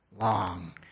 long